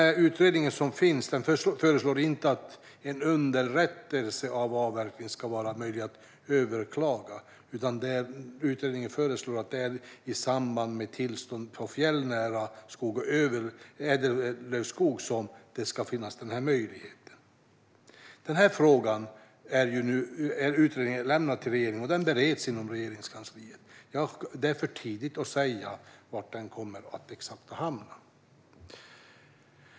Den utredning som finns föreslår inte att en underrättelse om avverkning ska vara möjlig att överklaga, utan det utredningen föreslår är att det är i samband med tillstånd för fjällnära skog och ädellövskog som denna möjlighet ska finnas. Frågan är lämnad till regeringen från utredningen, och den bereds inom Regeringskansliet. Det är för tidigt att säga exakt var den kommer att hamna.